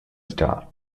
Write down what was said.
star